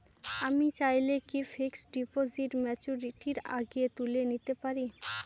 আমি চাইলে কি ফিক্সড ডিপোজিট ম্যাচুরিটির আগেই তুলে নিতে পারি?